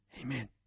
Amen